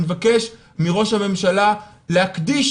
ואני מבקש מראש הממשלה להקדיש